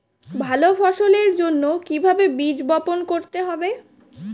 ভালো ফসলের জন্য কিভাবে বীজ বপন করতে হবে?